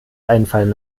einfallen